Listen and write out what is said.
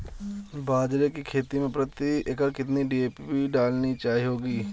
बाजरे की खेती में प्रति एकड़ कितनी डी.ए.पी डालनी होगी?